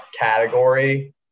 category